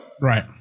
Right